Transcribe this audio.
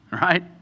Right